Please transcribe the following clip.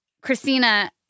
Christina